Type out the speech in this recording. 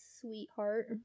sweetheart